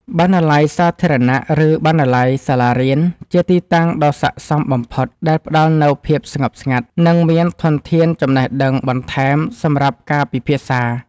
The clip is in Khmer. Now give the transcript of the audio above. បណ្ណាល័យសាធារណៈ ឬបណ្ណាល័យសាលារៀន ជាទីតាំងដ៏ស័ក្តិសមបំផុត ដែលផ្ដល់នូវភាពស្ងប់ស្ងាត់ និងមានធនធានចំណេះដឹងបន្ថែមសម្រាប់ការពិភាក្សា។